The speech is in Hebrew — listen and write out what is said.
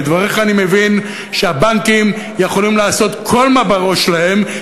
מדבריך אני מבין שהבנקים יכולים לעשות כל מה בראש שלהם,